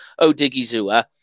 Odigizua